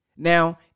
Now